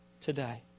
today